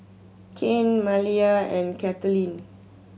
Kane Malia and Kathaleen